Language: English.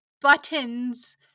buttons